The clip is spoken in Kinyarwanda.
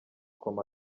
koma